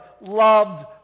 loved